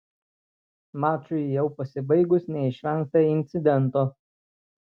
mačui jau pasibaigus neišvengta incidento